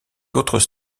d’autres